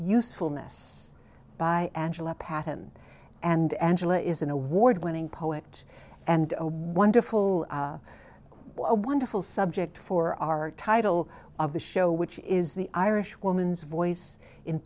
usefulness by angela patton and angela is an award winning poet and a wonderful a wonderful subject for our title of the show which is the irish woman's voice in